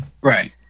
Right